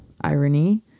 irony